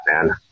man